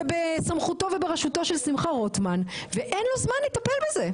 זה בסמכותו ובראשותו של שמחה רוטמן ואין לו זמן לטפל בזה.